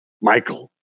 Michael